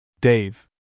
Dave